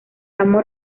amor